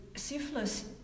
Syphilis